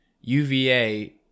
UVA